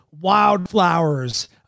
Wildflowers